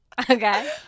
Okay